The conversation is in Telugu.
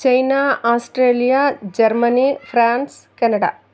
China Australia Germany France Canada